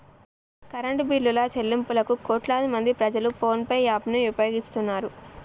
current బిల్లుల చెల్లింపులకు కోట్లాదిమంది ప్రజలు ఫోన్ పే యాప్ ను ఉపయోగిస్తున్నారు